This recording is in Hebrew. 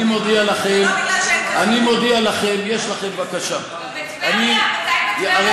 אני מודיע לכם, זה לא בגלל שאין קזינו.